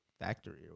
factory